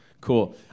Cool